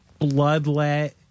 Bloodlet